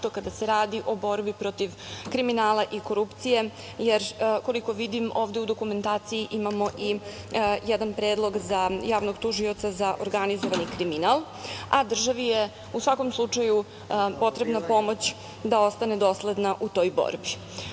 kada se radi o borbi protiv kriminala i korupcije, jer, koliko vidim, ovde u dokumentaciji imamo i jedan predlog za Javnog tužioca za organizovani kriminal, a državi je u svakom slučaju potrebna pomoć da ostane dosledna u toj